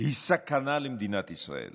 היא סכנה למדינת ישראל,